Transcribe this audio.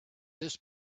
that